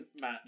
match